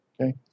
Okay